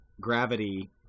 gravity